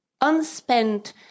unspent